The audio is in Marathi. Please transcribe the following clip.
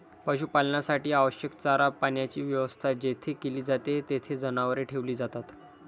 पशुपालनासाठी आवश्यक चारा पाण्याची व्यवस्था जेथे केली जाते, तेथे जनावरे ठेवली जातात